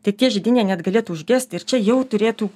tai tie židiniai net galėtų užgesti ir čia jau turėtų